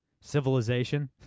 civilization